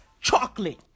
chocolate